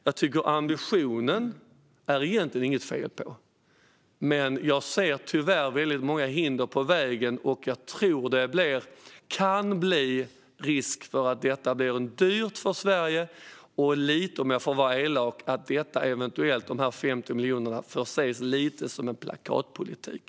Jag tycker egentligen inte att det är något fel på ambitionen, men tyvärr ser jag väldigt många hinder på vägen och tror att det kan finnas en risk att det här blir dyrt för Sverige. Och om jag får vara elak blir dessa 50 miljoner kanske lite av plakatpolitik.